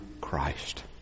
Christ